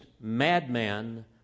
madman